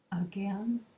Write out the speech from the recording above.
again